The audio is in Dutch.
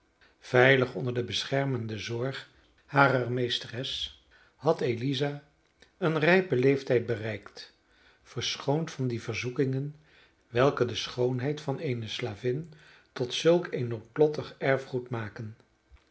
veilig onder de beschermende zorg harer meesteres had eliza een rijpen leeftijd bereikt verschoond van die verzoekingen welke de schoonheid van eene slavin tot zulk een noodlottig erfgoed maken